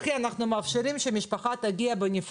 אני מבינה את החשבונות האם לסכן חיים או לא לסכן חיים.